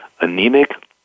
anemic